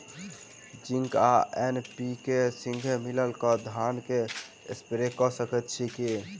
Zinc आ NPK, संगे मिलल कऽ धान मे स्प्रे कऽ सकैत छी की?